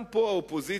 גם פה האופוזיציה,